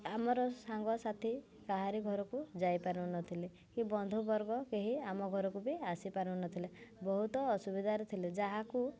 ଆମର ସାଙ୍ଗ ସାଥି କାହାରି ଘରକୁ ଯାଇପାରୁ ନଥିଲୁ କି ବନ୍ଧୁ ବର୍ଗ କେହି ଆମ ଘରକୁ ବି ଆସିପାରୁ ନଥିଲେ ବହୁତ ଅସୁବିଧାରେ ଥିଲେ ଯାହାକୁ